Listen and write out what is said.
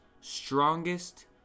strongest